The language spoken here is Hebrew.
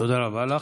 תודה רבה לך.